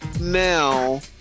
now